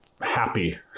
happy